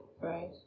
right